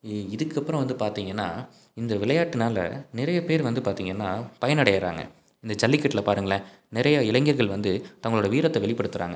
இ இதுக்கு அப்புறம் வந்து பார்த்திங்கன்னா இந்த விளையாட்டுனால் நிறைய பேரு வந்து பார்த்திங்கன்னா பயனடைகிறாங்க இந்த ஜல்லிக்கட்டில் பாருங்களேன் நிறைய இளைஞர்கள் வந்து தங்களோடய வீரத்தை வெளிப்படுத்துகிறாங்க